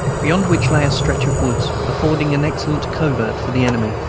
beyond which lay a stretch of woods, affording an excellent covert for the enemy,